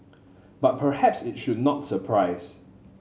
but perhaps it should not surprise